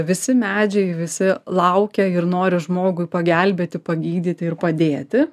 visi medžiai visi laukia ir nori žmogui pagelbėti pagydyti ir padėti